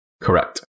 Correct